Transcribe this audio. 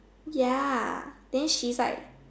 ya then she's like